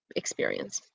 experience